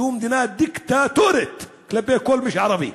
זו מדינה דיק-ט-טו-רית, כלפי כל מי שהוא ערבי.